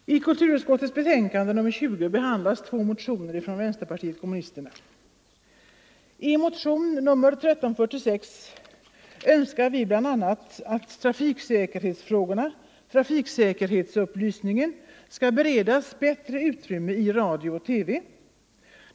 SR osösngattsrtdsrisrär ir. Herr talman! I kulturutskottets betänkande nr 20 behandlas två mo — Rundradiooch tioner från vänsterpartiet kommunisterna. andra massmedie I motionen 1346 önskar vi bl.a. att trafiksäkerhetsfrågorna — trafik — frågor säkerhetsupplysningen — skall beredas bättre utrymme i radio och TV.